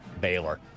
Baylor